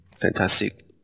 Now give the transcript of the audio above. fantastic